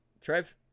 Trev